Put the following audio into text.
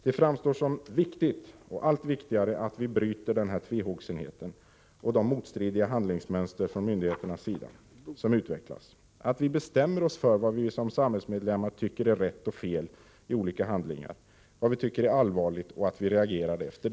Det framstår som allt viktigare att vi bryter den tvehågsenhet och det motstridiga handlingsmönster från myndigheternas sida som utvecklas, att vi bestämmer oss för vad vi som samhällsmedlemmar tycker är rätt och fel i olika handlingar och vad vi tycker är allvarligt och att vi reagerar därefter.